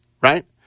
right